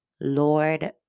lord